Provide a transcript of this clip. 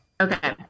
Okay